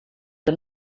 que